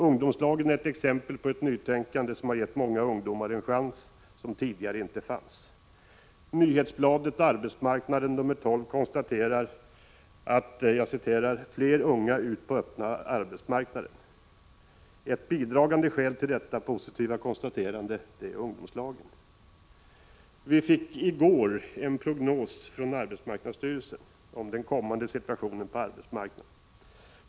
Ungdomslagen är ett exempel på nytänkande som har gett många ungdomar en chans som tidigare inte fanns. Nyhetsbladet Arbetsmarknaden nr 12 konstaterar att ”fler unga ut på öppna arbetsmarknaden”. Ett bidragande skäl till detta positiva konstaterande är ungdomslagen. Vi fick i går en prognos från arbetsmarknadsstyrelsen om den kommande situationen på arbetsmarknaden.